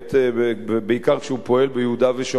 ובעיקר כשהוא פועל ביהודה ושומרון,